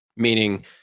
meaning